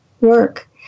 work